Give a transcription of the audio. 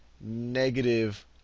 negative